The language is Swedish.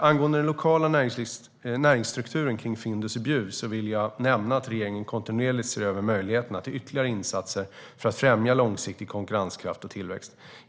Angående den lokala näringsstrukturen kring Findus i Bjuv vill jag nämna att regeringen kontinuerligt ser över möjligheterna till ytterligare insatser för att främja långsiktig konkurrenskraft och tillväxt.